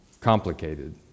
complicated